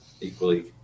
equally